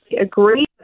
agree